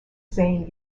zane